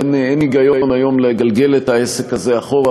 אין היגיון היום לגלגל את העסק הזה אחורה.